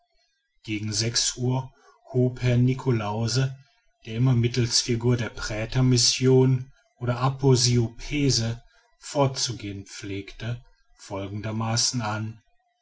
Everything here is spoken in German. gegen sechs uhr hub herr niklausse der immer mittelst figur der prätermission oder aposiopese vorzugehen pflegte folgendermaßen an